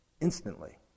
instantly